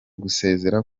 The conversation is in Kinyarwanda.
gusezera